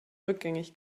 rückgängig